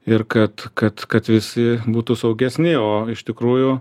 ir kad kad kad visi būtų saugesni o iš tikrųjų